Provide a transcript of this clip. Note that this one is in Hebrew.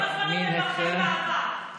תפתרו עכשיו את הבעיות.